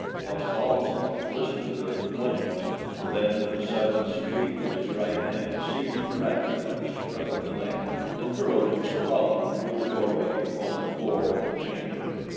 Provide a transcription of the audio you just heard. fosh-bal-soj listened to their complaints and then with a sudden sweep of his right hand seized bradley by the scruff of the neck and hurled him sprawling through the doorway upon the floor of the chamber.